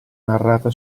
narrata